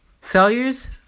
failures